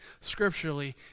scripturally